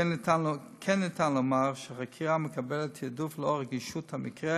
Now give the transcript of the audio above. כמו כן ניתן לומר שהחקירה מקבלת תעדוף לנוכח רגישות המקרה